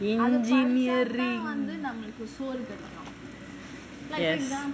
engineering yes